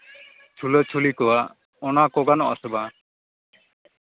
ᱪᱷᱩᱞᱟᱹ ᱪᱷᱩᱞᱤ ᱠᱚᱜᱼᱟ ᱚᱱᱟ ᱠᱚ ᱜᱟᱱᱚᱜ ᱟᱥᱮ ᱵᱟᱝ